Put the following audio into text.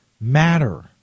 matter